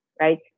right